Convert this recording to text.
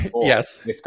Yes